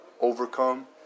overcome